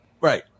Right